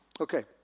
Okay